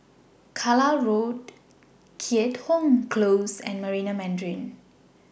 Carlisle Road Keat Hong Close and Marina Mandarin